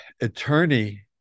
attorney